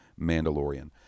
Mandalorian